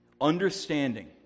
Understanding